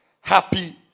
happy